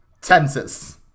tenses